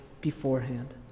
beforehand